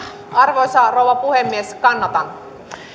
arvoisa rouva puhemies kannatan